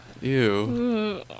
Ew